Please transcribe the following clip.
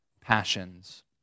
passions